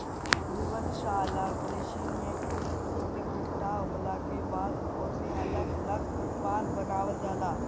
दुग्धशाला कृषि में कुल दूध इकट्ठा होखला के बाद ओसे अलग लग उत्पाद बनावल जाला